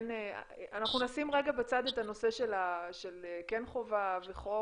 אנחנו נשים רגע בצד את הנושא של כן חובה וחוק,